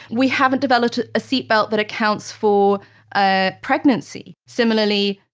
we haven't developed a ah seatbelt that accounts for ah pregnancy. similarly,